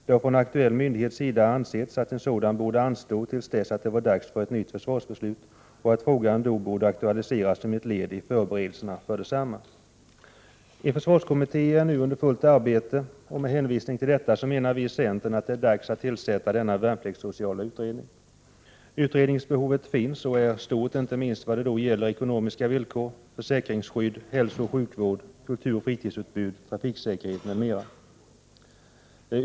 Det har från den aktuella myndighetens sida ansetts att en sådan borde anstå till dess att det är dags för ett nytt försvarsbeslut. Frågan borde då aktualiseras som ett led i förberedelserna för försvarsbeslutet. En försvarskommitté är nu i fullt arbete och med hänvisning härtill menar vi i centern att det är dags att tillsätta den värnpliktssociala utredningen. Utredningsbehovet är stort, inte minst när det gäller ekonomiska villkor, försäkringsskydd, hälsooch sjukvård, kulturoch fritidsutbud, trafiksäkerhet m.m.